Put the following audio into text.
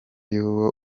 y’uwo